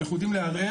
אנחנו יודעים לערער.